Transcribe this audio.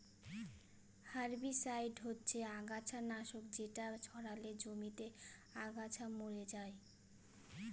herbicide হচ্ছে আগাছা নাশক যেটা ছড়ালে জমিতে আগাছা মরে যায়